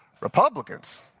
Republicans